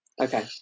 okay